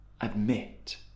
Admit